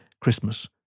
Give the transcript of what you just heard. Christmas